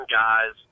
guys